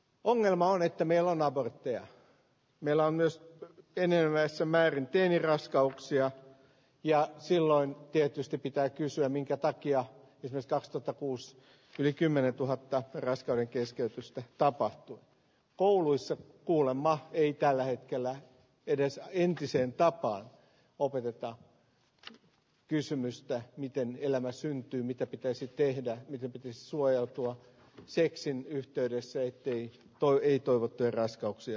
ongelma on että mielon abortteja meillä on myös ja enenevässä määrin teiniraskauksia ja silloin tietysti pitää kysyä minkä takia jos tahto takkuus yli kymmenentuhatta raskauden keskeytystä tapahtuu kouluissa kuulemma ei tällä hetkellä edes entiseen tapaan opeteta kysymystä miten elämä syntyy mitä pitäisi tehdä mitä piti suojautua seksin yhteydessä ettei to ei toivottuja raskauksia